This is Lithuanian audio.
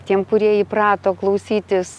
tiem kurie įprato klausytis